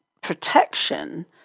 protection